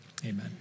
Amen